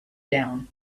down